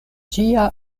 ĝia